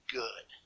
good